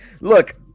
Look